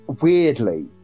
weirdly